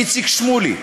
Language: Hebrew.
איציק שמולי,